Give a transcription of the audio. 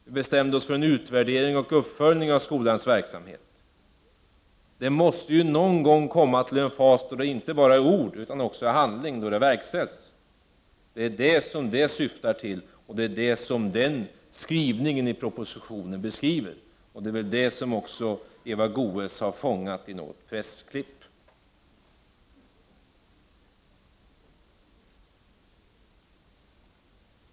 Vi bestämde oss för en utvärdering och uppföljning av skolans verksamhet. Vi måste ju någon gång också komma till en fas då det inte bara handlar om ord utan också om handling, alltså då besluten verkställs. Det är det som detta syftar till, och det är vad den skrivningen i propositionen beskriver. Det är väl det som Eva Goés har fångat i något pressklipp.